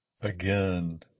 again